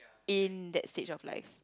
in that stage of life